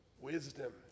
wisdom